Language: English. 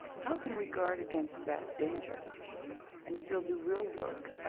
how can we guard against that danger and still do real work,